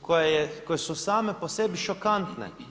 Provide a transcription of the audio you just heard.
koje su same po sebi šokantne.